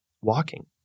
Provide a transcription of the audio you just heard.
walking